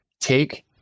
take